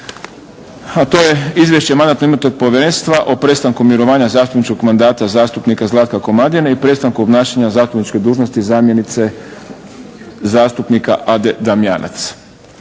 A to je: 2. Izvješće Mandatno-imunitetnog povjerenstva o prestanku mirovanja zastupničkog mandata zastupnika Zlatka Komadine i prestanku obnašanja zastupničke dužnosti zamjenice zastupnika Ade Damjanac.